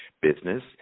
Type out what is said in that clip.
business